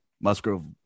Musgrove